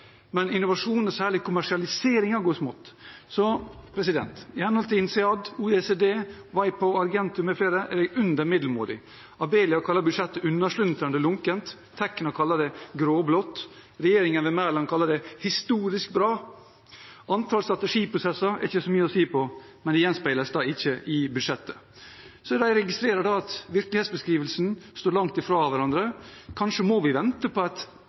Men innovasjonen og særlig kommersialiseringen går det smått med. I henhold til INSEAD, OECD, WIPO, Argentum mfl. er vi under middelmådige. Abelia kaller budsjettet unnasluntrende lunkent. Tekna kaller det grå-blått. Regjeringen, ved Mæland, kaller det historisk bra. Antallet strategiprosesser er det ikke så mye å si på, men det gjenspeiles ikke i budsjettet. Jeg registrerer at virkelighetsbeskrivelsene står langt fra hverandre. Kanskje må vi vente på et